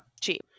cheap